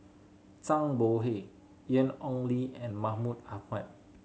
Zhang Bohe Ian Ong Li and Mahmud Ahmad